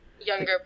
younger